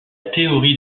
théorie